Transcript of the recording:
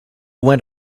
went